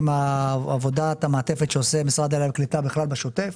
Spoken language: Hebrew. מעבודת המעטפת שעושה משרד הקליטה בכלל בשוטף.